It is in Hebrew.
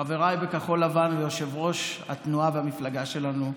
חבריי בכחול לבן ויושב-ראש התנועה והמפלגה שלנו,